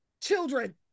children